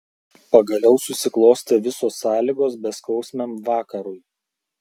pagaliau susiklostė visos sąlygos beskausmiam vakarui